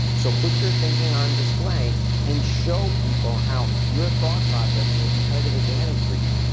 so put your thinking on display and show people how your thought process is a competitive advantage for you.